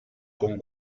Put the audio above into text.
con